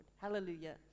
Hallelujah